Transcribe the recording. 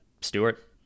stewart